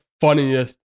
funniest